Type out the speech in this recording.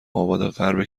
آبادغرب